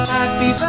Happy